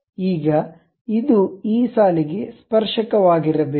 ಈಗ ಇದು ಈ ಸಾಲಿಗೆ ಸ್ಪರ್ಶಕ ವಾಗಿರಬೇಕು